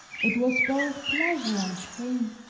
it was both pleasure and pain.